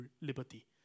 liberty